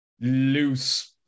loose